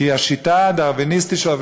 כי השיטה הדרוויניסטית שלו,